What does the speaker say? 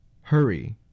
Hurry